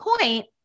point